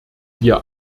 wir